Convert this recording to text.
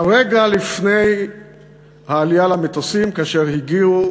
היה רגע, לפני העלייה למטוסים, כאשר הגיעו